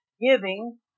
giving